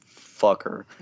fucker